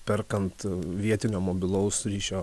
perkant vietinio mobilaus ryšio